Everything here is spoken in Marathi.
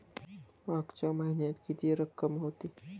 मागच्या महिन्यात किती रक्कम होती?